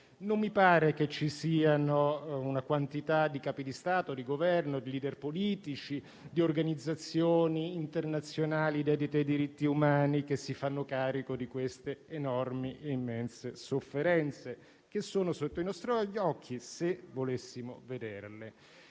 non mi pare che ci siano una quantità di Capi di Stato o di Governo, di *leader* politici, di organizzazioni internazionali dei diritti umani che si fanno carico di queste enormi e immense sofferenze, che sono sotto i nostri occhi, se volessimo vederle.